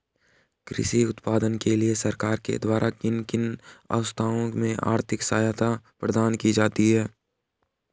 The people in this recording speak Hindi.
कृषि उत्पादन के लिए सरकार के द्वारा किन किन अवस्थाओं में आर्थिक सहायता प्रदान की जाती है?